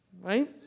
right